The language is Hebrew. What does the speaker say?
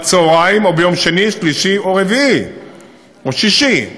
בצהריים או ביום שני, שלישי או רביעי או שישי.